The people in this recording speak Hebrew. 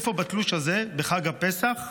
איפה בתלוש הזה, בחג הפסח,